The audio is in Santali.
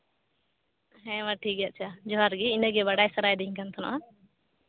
ᱦᱮᱸ ᱢᱟ ᱴᱷᱤᱠ ᱜᱮᱭᱟ ᱟᱪᱪᱷᱟ ᱡᱚᱦᱟᱨᱜᱮ ᱤᱱᱟᱹᱜᱮ ᱵᱟᱲᱟᱭ ᱥᱟᱱᱟᱫᱤᱧ ᱠᱟᱱ ᱛᱟᱦᱮᱱᱚᱜᱼᱟ